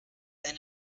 eine